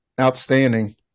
outstanding